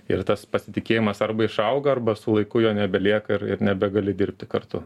ir tas pasitikėjimas arba išauga arba su laiku jo nebelieka ir ir nebegali dirbti kartu